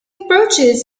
approaches